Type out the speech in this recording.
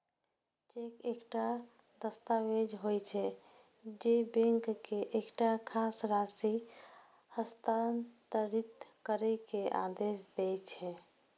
cheque एकटा दस्तावेज होइ छै, जे बैंक के एकटा खास राशि हस्तांतरित करै के आदेश दै छै